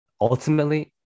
ultimately